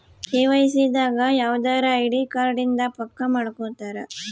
KYC ದಾಗ ಯವ್ದರ ID card ಇಂದ ಪಕ್ಕ ಮಾಡ್ಕೊತರ